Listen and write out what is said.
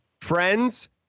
friends